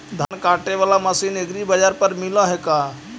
धान काटे बाला मशीन एग्रीबाजार पर मिल है का?